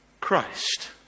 Christ